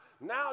now